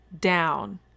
down